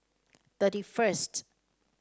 thirty first